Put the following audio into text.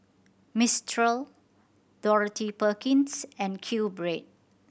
Mistral Dorothy Perkins and QBread